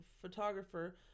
photographer